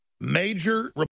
Major